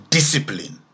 Discipline